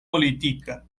politika